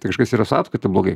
tai kažkas yra su apskaita blogai